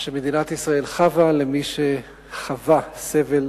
שמדינת ישראל חבה למי שחווה סבל